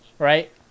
right